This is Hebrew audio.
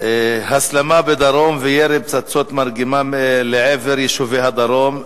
הסלמה בדרום וירי פצצות מרגמה לעבר יישובי הדרום,